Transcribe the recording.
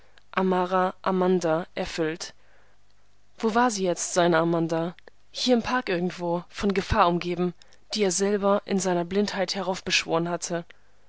gefühl gedanken amara amanda erfüllt wo war sie jetzt seine amanda hier im park irgendwo von gefahr umgeben die er selber in seiner blindheit heraufbeschworen hatte